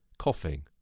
Coughing